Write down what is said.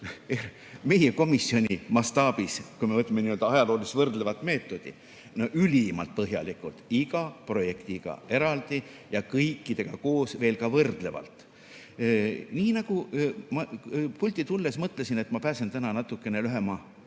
meie komisjoni mastaabis, ja kui me võtame n-ö ajaloolis-võrdleva meetodi, siis no ülimalt põhjalikult, iga projektiga eraldi ja kõikidega koos veel ka võrdlevalt. Ma pulti tulles mõtlesin, et ma pääsen täna natuke lühema